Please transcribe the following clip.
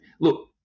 look